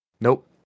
Nope